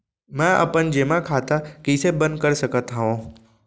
मै अपन जेमा खाता कइसे बन्द कर सकत हओं?